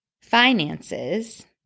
finances